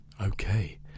okay